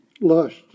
lust